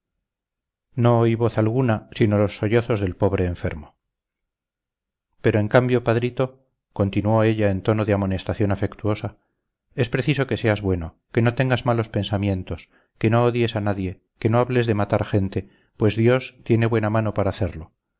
no oí voz alguna sino los sollozos del pobre enfermo pero en cambio padrito continuó ella en tono de amonestación afectuosa es preciso que seas bueno que no tengas malos pensamientos que no odies a nadie que no hables de matar gente pues dios tiene buena mano para hacerlo